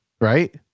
right